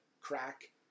crack